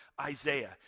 Isaiah